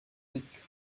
week